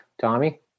Tommy